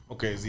Okay